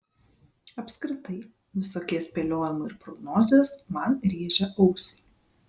apskritai visokie spėliojimai ir prognozės man rėžia ausį